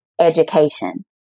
education